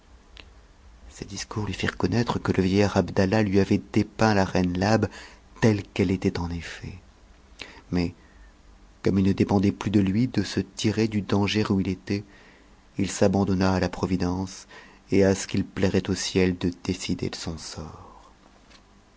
ces discours lui firent connattre que le vieillard abdahah vait dépeint la reine labe tet e qu'elle était en effet mais comme il ne jjpendait plus de lui de se tirer du danger où il était il s'abandonna a providence et a ce qu'il plairait au ciel de décider de son sort